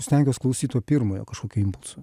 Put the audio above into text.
stengiuos klausyt to pirmojo kažkokio impulso